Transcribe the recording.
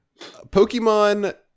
pokemon